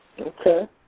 Okay